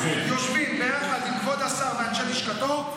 יושבים ביחד עם כבוד השר ואנשי לשכתו.